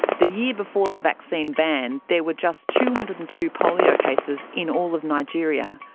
the year before the vaccine ban there were just two hundred and two polio cases in all of nigeria.